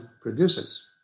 produces